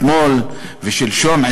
אתמול ושלשום,